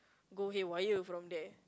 go haywire from there